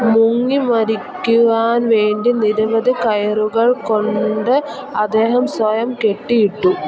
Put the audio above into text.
മുങ്ങി മരിക്കുവാന് വേണ്ടി നിരവധി കയറുകൾ കൊണ്ട് അദ്ദേഹം സ്വയം കെട്ടിയിട്ടു